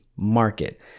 market